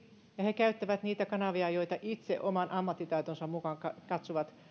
ja he käyttävät niitä kanavia jotka itse oman ammattitaitonsa mukaan katsovat